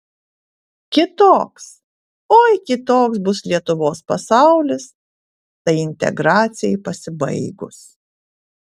kitoks oi kitoks bus lietuvos pasaulis tai integracijai pasibaigus